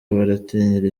baratinyira